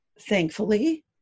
thankfully